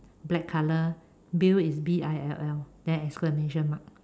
black colour Bill is B I L L then exclamation mark